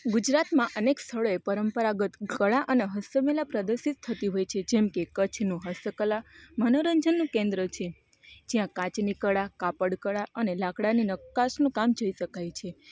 ગુજરાતમાં અનેક પરંપરાંગત કળા અને હસ્ત મિલાપ પ્રદર્શિત થતી હોય છે જેમકે કચ્છનો હસ્તકલા મનોરંજનનું કેન્દ્ર છે જ્યાં કાચની કળા કાપડ કળા અને લાકડાની નક્કાસનું કામ જોઈ શકાય છે